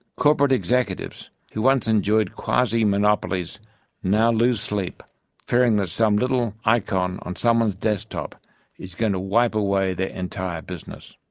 corporate executives who once enjoyed quasi-monopolies now lose sleep fearing that some little icon on someone's desktop is going to wipe away their entire business.